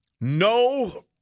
No